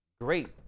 great